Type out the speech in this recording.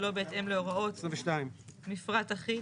שלא בהתאם להוראות מפרט אחיד,